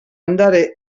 ondare